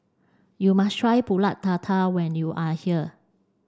you must try Pulut Tatal when you are here